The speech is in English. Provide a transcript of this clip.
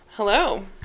Hello